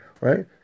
right